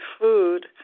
food